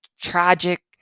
tragic